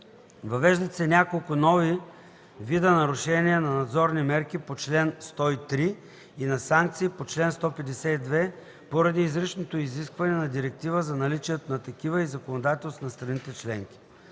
Въвеждат се няколко нови вида нарушения на надзорни мерки по чл. 103 и на санкции по чл. 152 поради изричното изискване на Директивата за наличието на такива в законодателствата на страните членки.